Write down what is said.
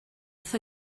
wrth